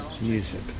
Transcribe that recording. music